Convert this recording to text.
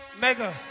Mega